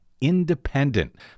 independent